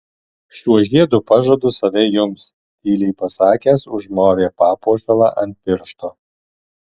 šiuo žiedu pažadu save jums tyliai pasakęs užmovė papuošalą ant piršto